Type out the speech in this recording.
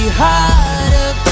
harder